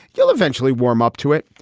he'll eventually warm up to it.